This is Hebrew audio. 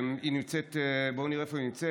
היא נמצאת, בואו נראה איפה היא נמצאת.